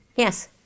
Yes